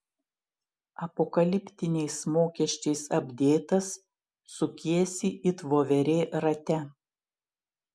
apokaliptiniais mokesčiais apdėtas sukiesi it voverė rate